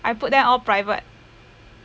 I put them all private